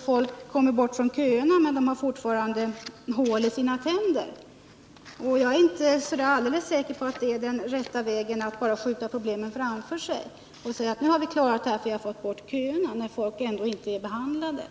Folk kommer bort från köerna, men de har fortfarande hål i sina tänder. Jag är inte alldeles säker på att det är den rätta vägen att bara skjuta problemen framför sig. Man kan inte säga att man 53 klarat problemen med köerna när människor ändå inte är behandlade.